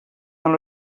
dans